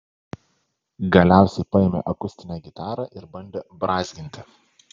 galiausiai paėmė akustinę gitarą ir bandė brązginti